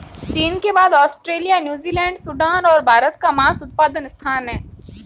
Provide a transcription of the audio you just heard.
चीन के बाद ऑस्ट्रेलिया, न्यूजीलैंड, सूडान और भारत का मांस उत्पादन स्थान है